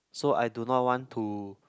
so I do not want to